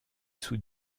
sous